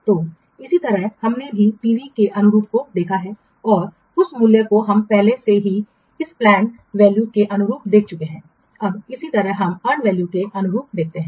तो इसी तरह हमने अभी PV के अनुरूप को देखा है और उस मूल्य को हम पहले से ही इस पलैंड वैल्यू के अनुरूप देख चुके हैं अब इसी तरह हम अर्न वैल्यू के अनुरूप देखते हैं